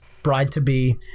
bride-to-be